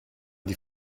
die